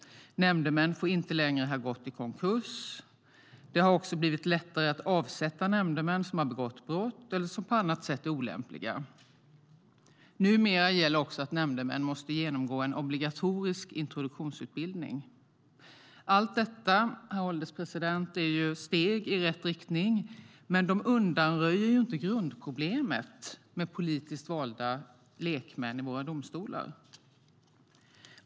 Nämndemän får inte längre ha gått i konkurs. Det har också blivit lättare att avsätta nämndemän som har begått brott eller som på annat sätt är olämpliga. Numera gäller också att nämndemän måste genomgå en obligatorisk introduktionsutbildning. Allt detta, herr ålderspresident, är steg i rätt riktning, men de undanröjer inte grundproblemet med politiskt valda lekmän i våra domstolar.